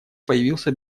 появился